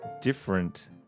different